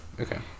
Okay